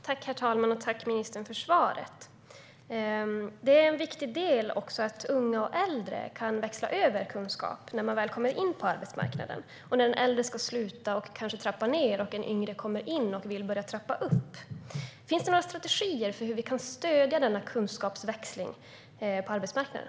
Herr talman! Jag tackar ministern för svaret. Det är också viktigt att kunskap kan växlas över mellan unga och äldre, till exempel när en äldre ska sluta eller trappa ned och en yngre kommer in på arbetsmarknaden och vill börja trappa upp. Finns det några strategier för hur vi kan stödja denna kunskapsväxling på arbetsmarknaden?